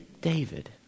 David